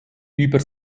über